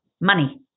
money